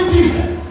Jesus